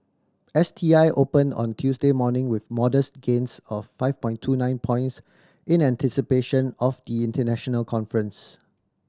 S T I opened on Tuesday morning with modest gains of five point two nine points in anticipation of the international conference